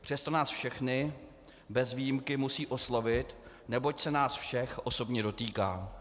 Přesto nás všechny bez výjimky musí oslovit, neboť se nás všech osobně dotýká.